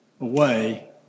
away